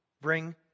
bring